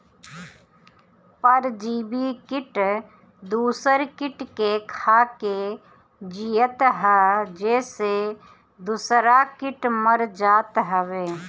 परजीवी किट दूसर किट के खाके जियत हअ जेसे दूसरा किट मर जात हवे